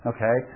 Okay